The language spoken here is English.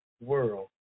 world